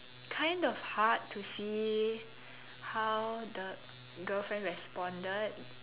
kind of hard to see how the girlfriend responded